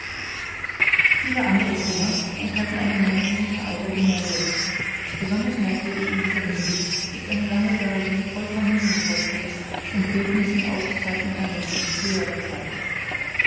viele andere zimmer enthalten eine menge guter alter gemälde besonders merkwürdig in dieser hinsicht ist eine lange galerie voll familienportraits und bildnissen ausgezeichneten menschen früherer zeit